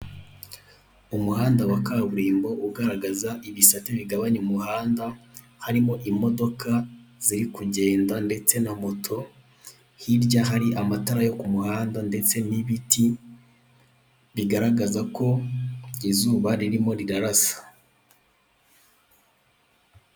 Umuhanda wa kaburimbo ugaragaza ibisate bigabanya umuhanda harimo imodoka ziri kugenda ndetse na moto hirya hari amatara yo kumuhanda ndetse nibiti bigaragaza ko izuba ririmo rirarasa.